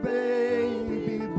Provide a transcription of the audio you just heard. baby